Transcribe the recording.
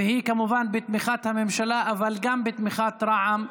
והיא כמובן בתמיכת הממשלה אבל גם בתמיכת רע"מ,